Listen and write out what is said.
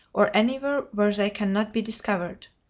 or anywhere where they can not be discovered.